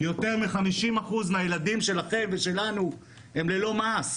יותר מ-50% מהילדים שלכם ושלנו הם ללא מעש.